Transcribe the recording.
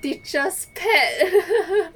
teacher's pet